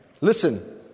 Listen